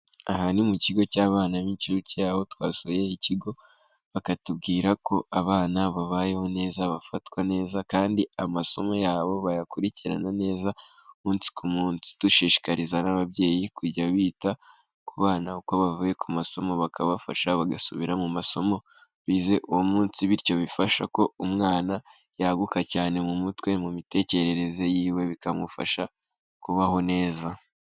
Aha ni mu kigo cy'abana b'incuke, aho twasuye ikigo bakatubwira ko abana babayeho neza, bafatwa neza, kandi amasomo yabo bayakurikirana neza umunsi ku munsi, dushishikariza n'ababyeyi kujya bita ku bana, uko bavuye ku masomo bakabafasha bagasubira mu masomo bize uwo munsi, bityo bifasha ko umwana yaguka cyane mu mutwe mu mitekerereze yiwe bikamufasha kubaho neza.